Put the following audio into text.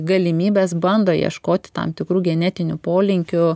galimybes bando ieškoti tam tikrų genetinių polinkių